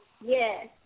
Yes